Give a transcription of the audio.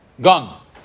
Gone